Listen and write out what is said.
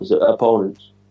opponents